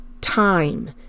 time